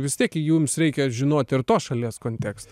vis tiek jums reikia žinoti ir tos šalies kontekstą